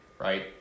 Right